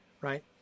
right